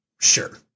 sure